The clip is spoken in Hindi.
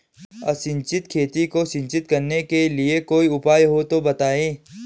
असिंचित खेती को सिंचित करने के लिए कोई उपाय हो तो बताएं?